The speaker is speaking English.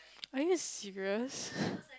are you serious